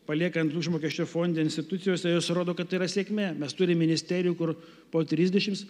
paliekant užmokesčio fonde institucijose jos rodo kad tai yra sėkmė mes turim ministerijų kur po trisdešims